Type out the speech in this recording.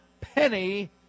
penny